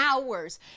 hours